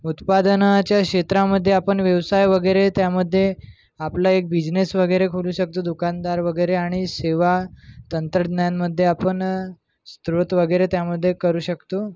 उत्पादनाच्या क्षेत्रामध्ये आपण व्यवसाय वगैरे त्यामध्ये आपला एक बिझनेस वगैरे खोलू शकतो दुकानदार वगैरे आणि सेवा तंत्रज्ञानमध्ये आपण स्त्रोत वगैरे त्यामध्ये करू शकतो